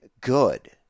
good